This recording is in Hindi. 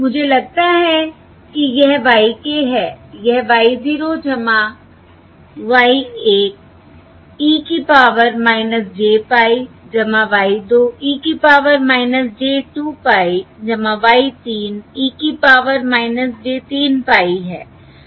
मुझे लगता है कि यह y k है यह y 0 y 1 e की power j pie y 2 e की power j 2 pie y 3 e की पावर - j 3 pie है